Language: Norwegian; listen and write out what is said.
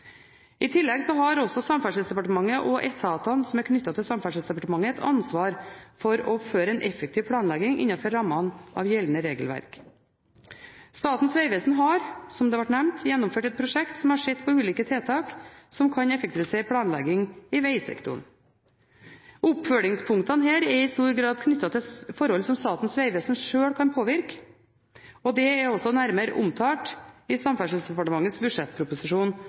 I tillegg har også Samferdselsdepartementet og etatene som er knyttet til Samferdselsdepartementet, et ansvar for å føre en effektiv planlegging, innenfor rammene av gjeldende regelverk. Statens vegvesen har – som det har vært nevnt – gjennomført et prosjekt som har sett på ulike tiltak, som kan effektivisere planlegging i vegsektoren. Oppfølgingspunktene her er i stor grad knyttet til forhold som Statens vegvesen selv kan påvirke, og det er også nærmere omtalt i Samferdselsdepartementets budsjettproposisjon